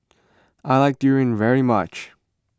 I like Durian very much